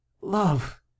Love